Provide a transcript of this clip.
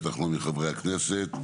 בטח לא מחברי הכנסת,